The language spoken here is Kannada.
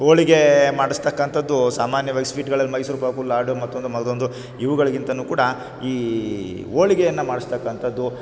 ಹೋಳಿಗೆ ಮಾಡಿಸ್ತಕ್ಕಂಥದ್ದು ಸಾಮಾನ್ಯವಾಗಿ ಸ್ವೀಟ್ಗಳಲ್ಲಿ ಮೈಸೂರು ಪಾಕು ಲಾಡು ಮತ್ತೊಂದು ಮಗದೊಂದು ಇವುಗಳಿಗಿಂತನೂ ಕೂಡ ಈ ಹೋಳಿಗೆಯನ್ನ ಮಾಡಿಸ್ತಕ್ಕಂಥದ್ದು